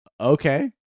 Okay